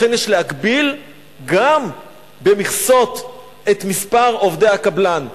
לכן יש להגביל גם במכסות את מספר עובדי הקבלן.